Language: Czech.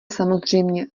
samozřejmě